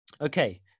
Okay